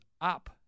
up